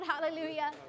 hallelujah